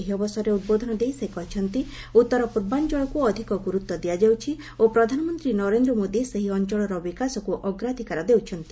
ଏହି ଅବସରରେ ଉଦ୍ବୋଧନ ଦେଇ ସେ କହିଛନ୍ତି ଉତ୍ତର ପୂର୍ବାଞ୍ଚଳକୁ ଅଧିକ ଗୁରୁତ୍ୱ ଦିଆଯାଉଛି ଓ ପ୍ରଧାନମନ୍ତ୍ରୀ ନରେଦ୍ର ମୋଦି ସେହି ଅଞ୍ଚଳର ବିକାଶକୁ ଅଗ୍ରାଧିକାର ଦେଉଛନ୍ତି